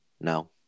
No